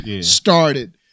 started